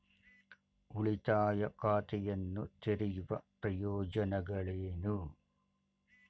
ಉಳಿತಾಯ ಖಾತೆಯನ್ನು ತೆರೆಯುವ ಪ್ರಯೋಜನಗಳೇನು?